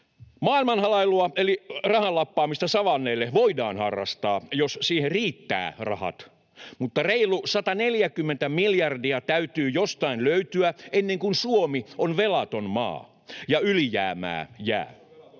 Maailmanhalailua eli rahan lappamista savanneille voidaan harrastaa, jos siihen riittää rahat, mutta reilu 140 miljardia täytyy jostain löytyä ennen kuin Suomi on velaton maa ja ylijäämää jää.